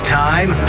time